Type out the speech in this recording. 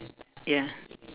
ya